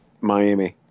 Miami